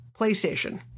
PlayStation